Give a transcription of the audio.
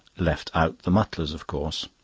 left out the mutlars of course.